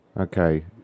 Okay